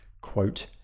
quote